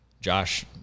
Josh